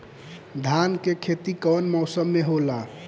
धान के खेती कवन मौसम में होला?